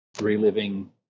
reliving